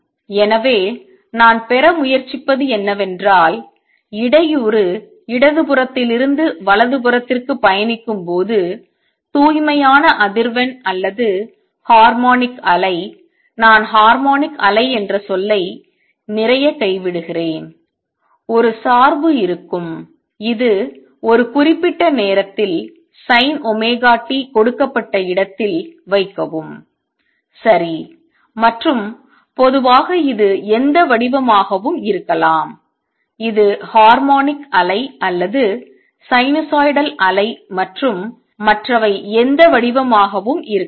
எனவே நான் பெற முயற்சிப்பது என்னவென்றால் இடையூறு இடது புறத்திலிருந்து வலது புறத்திற்கு பயணிக்கும்போது தூய்மையான அதிர்வெண் அல்லது ஹார்மோனிக் அலை நான் ஹார்மோனிக் அலை என்ற சொல்லை நிறைய கைவிடுகிறேன் ஒரு சார்பு இருக்கும் இது ஒரு குறிப்பிட்ட நேரத்தில் sin ஒமேகா t கொடுக்கப்பட்ட இடத்தில் வைக்கவும் சரி மற்றும் பொதுவாக இது எந்த வடிவமாகவும் இருக்கலாம் இது ஹார்மோனிக் அலை அல்லது சைனூசாய்டல் அலை மற்றும் மற்றவை எந்த வடிவமாகவும் இருக்கலாம்